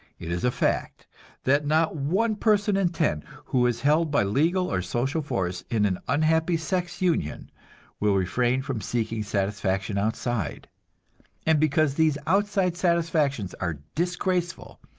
it is a fact that not one person in ten who is held by legal or social force in an unhappy sex union will refrain from seeking satisfaction outside and because these outside satisfactions are disgraceful,